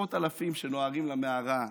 עשרות אלפים שנוהרים למערה,